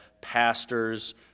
pastors